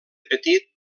petit